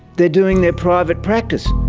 they're doing their private practice,